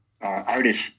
artist